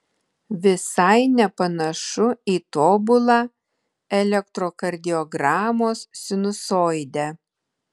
visai nepanašu į tobulą elektrokardiogramos sinusoidę